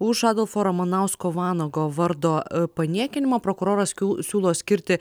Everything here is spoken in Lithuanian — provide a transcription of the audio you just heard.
už adolfo ramanausko vanago vardo paniekinimą prokuroras siūlo skirti